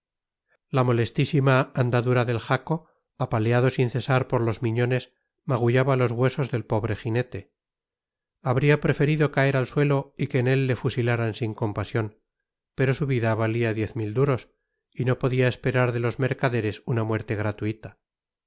la molestísima andadura del jaco apaleado sin cesar por los miñones magullaba los huesos del pobre jinete habría preferido caer al suelo y que en él le fusilaran sin compasión pero su vida valía diez mil duros y no podía esperar de los mercaderes una muerte gratuita